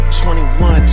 21